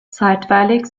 zeitweilig